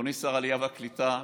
אדוני שר העלייה והקליטה,